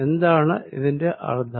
എന്താണ് ഇതിന്റെ അർത്ഥം